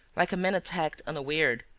like a man attacked unawares,